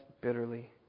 bitterly